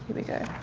we go.